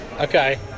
okay